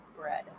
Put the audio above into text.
bread